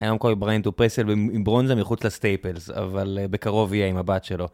היום קובי בריינט הוא פסל מברונזה מחוץ לסטייפלס, אבל בקרוב יהיה עם הבת שלו.